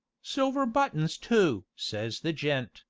silver buttons too says the gent,